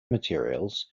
materials